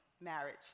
marriage